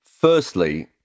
firstly